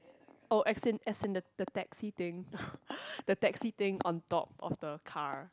oh as in as in the the taxi thing the taxi thing on top of the car